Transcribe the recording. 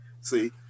See